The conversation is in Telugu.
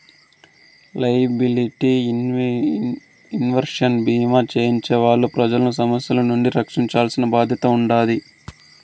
లైయబిలిటీ ఇన్సురెన్స్ భీమా చేయించే వాళ్ళు ప్రజలను సమస్యల నుండి రక్షించాల్సిన బాధ్యత ఉంటాది